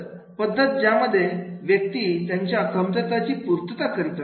पद्धत ज्यामध्ये व्यक्ती त्याच्या कमतरताची पूर्तता करीत असते